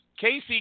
Casey